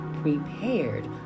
prepared